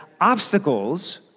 obstacles